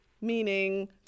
meaning